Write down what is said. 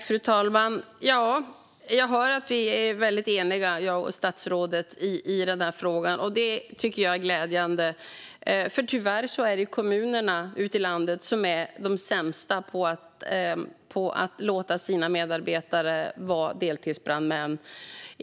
Fru talman! Jag hör att vi är eniga, jag och statsrådet, i frågan. Det tycker jag är glädjande. Tyvärr är det kommunerna ute i landet som är de sämsta på att låta sina medarbetare vara deltidsbrandmän.